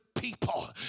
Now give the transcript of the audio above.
People